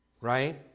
right